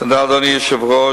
תודה, אדוני היושב-ראש.